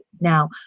Now